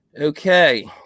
Okay